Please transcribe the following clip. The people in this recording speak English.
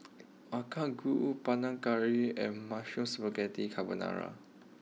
Makchang Gui Panang Curry and Mushroom Spaghetti Carbonara